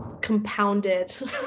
compounded